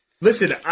Listen